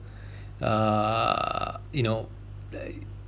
err you know they